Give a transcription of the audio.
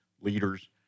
leaders